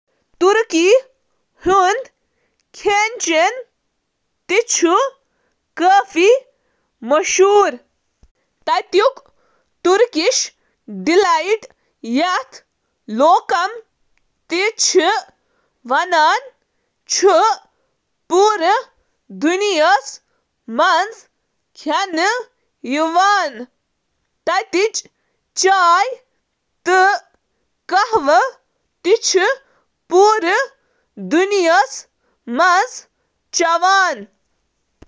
حالانٛکہِ مازَس پٮ۪ٹھ مبنی کھیٚن یِتھ کٔنۍ زَن کباب چھِ بیروٗنی مُلکَن منٛز ترک کھٮ۪نَن منٛز عام، ترکیَس منٛز چھُ کھٮ۪ن زیادٕ تر توٚمُل، سبزی تہٕ روٹیَس أنٛدۍ پٔکھۍ مرکز۔